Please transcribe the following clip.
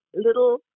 little